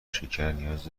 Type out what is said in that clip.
شکرنیاز